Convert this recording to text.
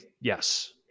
Yes